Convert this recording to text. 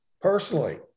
personally